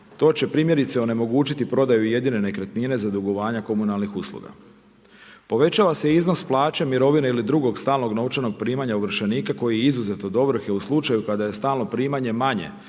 To će primjerice onemogućiti prodaju jedine nekretnine za dugovanja komunalnih usluga. Povećava se iznos plaće, mirovine ili drugog stalnog novčanog primanja ovršenika koji je izuzet od ovrhe u slučaju kada je stalno primanje manje